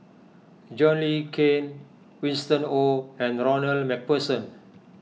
John Le Cain Winston Oh and Ronald MacPherson